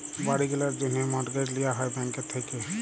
বাড়ি কিলার জ্যনহে মর্টগেজ লিয়া হ্যয় ব্যাংকের থ্যাইকে